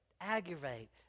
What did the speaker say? aggravate